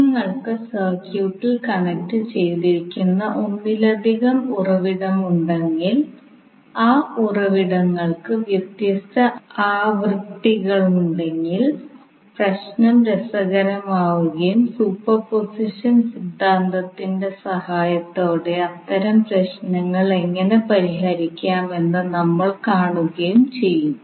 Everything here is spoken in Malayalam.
നിങ്ങൾക്ക് സർക്യൂട്ടിൽ കണക്റ്റു ചെയ്തിരിക്കുന്ന ഒന്നിലധികം ഉറവിടങ്ങളുണ്ടെങ്കിൽ ആ ഉറവിടങ്ങൾക്ക് വ്യത്യസ്ത ആവൃത്തികളുണ്ടെങ്കിൽ പ്രശ്നം രസകരമാവുകയും സൂപ്പർപോസിഷൻ സിദ്ധാന്തത്തിന്റെ സഹായത്തോടെ അത്തരം പ്രശ്നങ്ങൾ എങ്ങനെ പരിഹരിക്കാമെന്ന് നമ്മൾ കാണുകയും ചെയ്യും